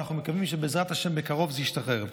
ואנחנו מקווים שבעזרת השם בקרוב זה ישתחרר.